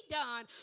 done